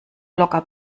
locker